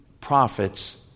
prophets